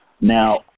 Now